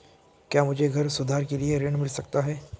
क्या मुझे घर सुधार के लिए ऋण मिल सकता है?